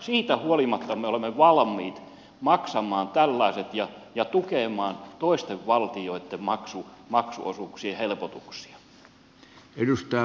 siitä huolimatta me olemme valmiit maksamaan tällaiset ja tukemaan toisten valtioitten maksuosuuksien helpotuksia